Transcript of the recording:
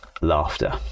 laughter